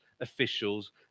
officials